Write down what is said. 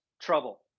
trouble